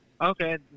Okay